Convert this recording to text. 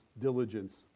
diligence